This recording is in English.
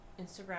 Instagram